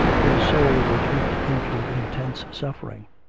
his soul would leap into intense suffering.